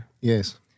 Yes